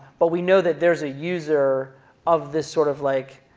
but we know that there's a user of this sort of like